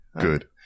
Good